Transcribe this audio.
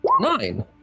Nine